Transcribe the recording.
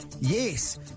Yes